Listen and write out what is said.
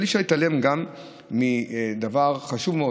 אבל אי-אפשר להתעלם גם מדבר חשוב מאוד